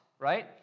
right